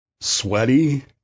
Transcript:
sweaty